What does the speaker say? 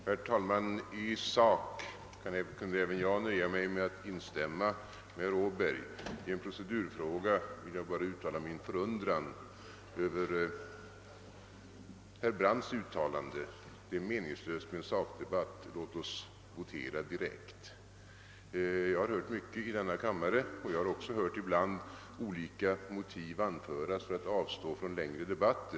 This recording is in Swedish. Herr talman! I sak kan även jag nöja mig med att instämma med herr Åberg. I en procedurfråga vill jag bara uttala min förundran över herr Brandts uttalande att det är meningslöst med en sakdebatt — låt oss votera direkt! Jag har hört mycket i denna kammare, och jag har hört olika motiv anföras för att avstå från en längre debatt.